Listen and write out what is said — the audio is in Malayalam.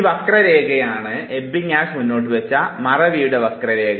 ഈ വക്രരേഖയാണ് എബിങ്ങസ് മുന്നോട്ട് വച്ച മറവിയുടെ വക്രരേഖ